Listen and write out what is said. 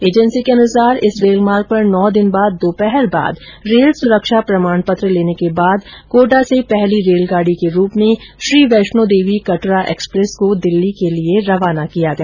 agency के अनुसार इस रेलमार्ग पर नौ दिन बाद दोपहर बाद रेल सुरक्षा प्रमाणपत्र लेने के बाद कोटा से पहली रेलगाड़ी के रूप में श्री वैष्णोदेवी कटरा एक्सप्रेस को दिल्ली के लिए रवाना किया गया